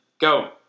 Go